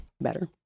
better